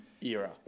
era